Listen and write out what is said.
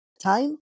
time